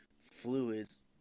fluids